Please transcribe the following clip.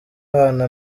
abana